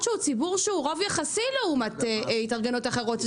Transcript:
שהוא רוב יחסי לעומת התארגנויות אחרות.